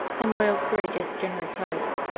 and loyal, courageous, generous hearts.